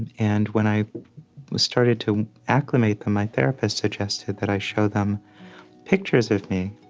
and and when i started to acclimate them, my therapist suggested that i show them pictures of me